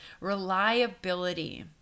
Reliability